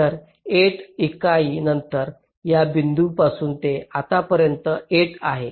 तर 8 इकाई नंतर या बिंदूपासून ते आतापर्यंत 8 आहे